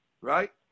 right